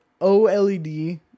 OLED